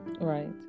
right